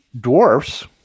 dwarfs